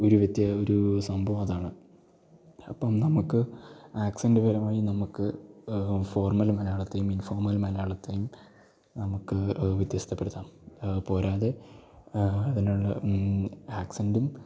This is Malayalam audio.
ഒരു വ്യത് ഒരു സംഭവം അതാണ് അപ്പം നമുക്ക് ആക്സന്റ് പരമായി നമുക്ക് ഫോർമ്മല് മലയാളത്തെയും ഇൻഫോമ്മൽ മലയാളത്തെയും നമുക്ക് വ്യത്യാസപ്പെടുത്താം പോരാതെ അതിനുള്ള ആക്സെൻറ്റും